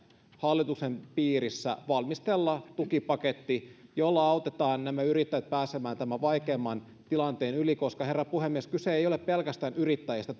hallituksen piirissä valmistella tukipaketti jolla autetaan nämä yrittäjät pääsemään tämän vaikeimman tilanteen yli koska herra puhemies kyse ei ole pelkästään yrittäjistä